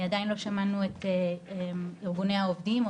עדיין לא שמענו את ארגוני העובדים,